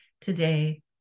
today